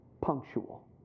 punctual